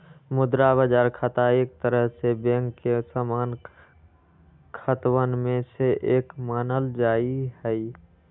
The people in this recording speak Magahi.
मुद्रा बाजार खाता एक तरह से बैंक के सामान्य खतवन में से एक मानल जाहई